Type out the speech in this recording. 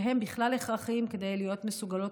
שהם בכלל הכרחיים כדי להיות מסוגלות